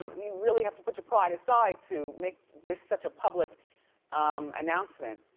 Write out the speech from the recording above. you really have to put your pride aside to make this such a public um announcement,